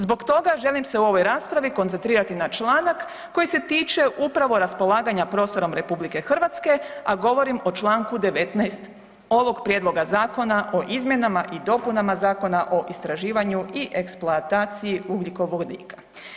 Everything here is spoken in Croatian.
Zbog toga želim se u ovoj raspravi koncentrirati na članak koji se tiče upravo raspolaganja prostorom RH a govorimo o čl. 19. ovog prijedloga zakona o izmjenama i dopunama zakona o istraživanju i eksploataciji ugljikovodika.